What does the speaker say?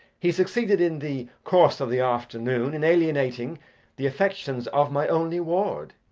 he succeeded in the course of the afternoon in alienating the affections of my only ward.